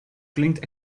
klinkt